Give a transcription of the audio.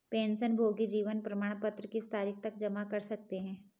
पेंशनभोगी जीवन प्रमाण पत्र किस तारीख तक जमा कर सकते हैं?